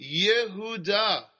Yehuda